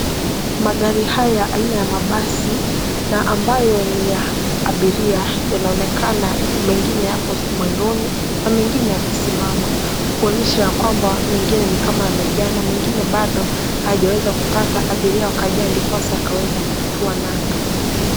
Magari haya aina ya basi na ambayo ni ya abiria; yanaonekana mengine yapo mwendoni na mengine yamesimama, kuonyesha ya kwamba mengine ni kama yamejaa na mengine bado hayajaweza kupata abiria wakajaa ndiposa yakaweza kutua nanga.